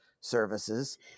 services